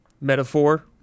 metaphor